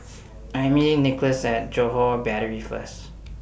I Am meeting Nicklaus At Johore Battery First